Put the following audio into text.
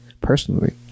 personally